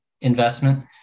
investment